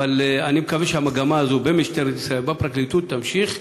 אבל אני מקווה שהמגמה הזו במשטרת ישראל ובפרקליטות תימשך,